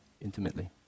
intimately